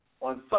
On